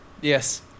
Yes